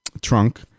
trunk